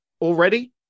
already